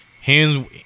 hands